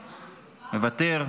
מוותר,